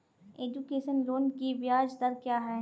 Education loan की ब्याज दर क्या है?